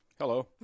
Hello